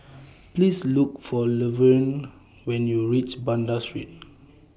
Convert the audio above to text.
Please Look For Luverne when YOU REACH Banda Street